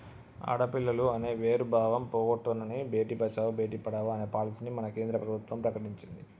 ఆడపిల్లలు అనే వేరు భావం పోగొట్టనని భేటీ బచావో బేటి పడావో అనే పాలసీని మన కేంద్ర ప్రభుత్వం ప్రకటించింది